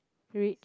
rich